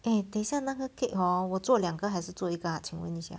eh 等一下那个 cake hor 我做两个还是做一个请问一下